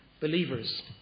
believers